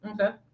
Okay